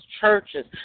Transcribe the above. churches